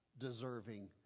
deserving